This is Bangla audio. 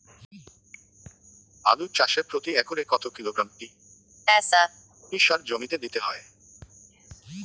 আলু চাষে প্রতি একরে কত কিলোগ্রাম টি.এস.পি সার জমিতে দিতে হয়?